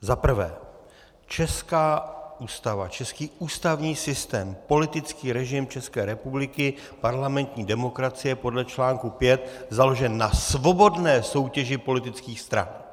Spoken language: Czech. Za prvé, česká Ústava, český ústavní systém, politický režim České republiky, parlamentní demokracie podle článku 5 je založena na svobodné soutěži politických stran.